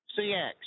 CX